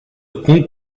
hong